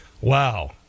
Wow